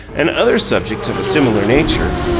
and other subjects of a similar nature,